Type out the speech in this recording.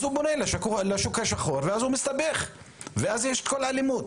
אז הוא פונה לשוק השחור ואז הוא מסתבך ואז יש את כל האלימות.